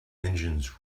engines